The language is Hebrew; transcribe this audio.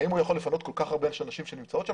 האם הוא יכול לפנות כל כך הרבה נשים שנמצאות שם?